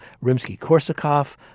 Rimsky-Korsakov